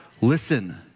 Listen